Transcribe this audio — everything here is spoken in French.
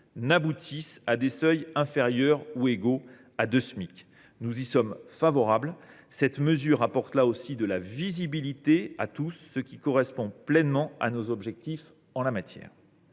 n’aboutissent à des seuils inférieurs ou égaux à 2 Smic. Nous sommes favorables à cette mesure, qui apporte de la visibilité à tous les acteurs, ce qui correspond pleinement à nos objectifs en la matière.